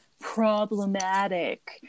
problematic